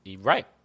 Right